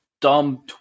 dumb